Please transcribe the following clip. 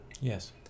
yes